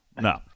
No